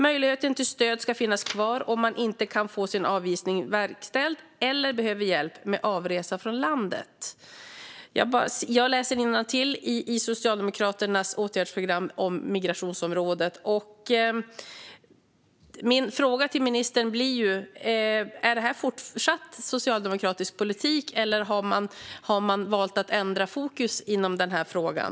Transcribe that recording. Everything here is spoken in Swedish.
Möjligheten till stöd ska finnas kvar om man inte kan få sin avvisning verkställd, eller behöver hjälp med avresa från landet. Jag läser alltså innantill i Socialdemokraternas åtgärdsprogram om migrationsområdet. Min fråga till ministern blir: Är detta fortsatt socialdemokratisk politik, eller har man valt att ändra fokus inom frågan?